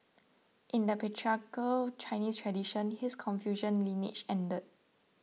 in the patriarchal Chinese tradition his Confucian lineage ended